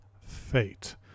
Fate